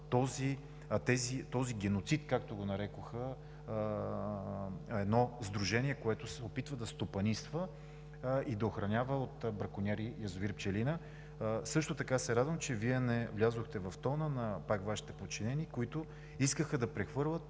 този геноцид, както го нарече едно сдружение, което се опитва да стопанисва и да охранява от бракониери язовир „Пчелина“. Също така се радвам, че Вие не влязохте в тона пак на Вашите подчинени, които искаха да прехвърлят